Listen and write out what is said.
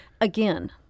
again—